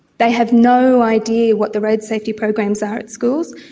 they have no idea what the road safety programs are at schools.